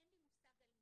אין לי מושג על מה,